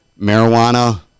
marijuana